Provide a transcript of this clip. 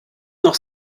noch